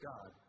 God